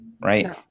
right